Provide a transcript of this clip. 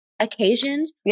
occasions